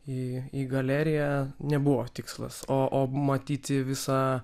į į galeriją nebuvo tikslas o o matyti visą